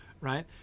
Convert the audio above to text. right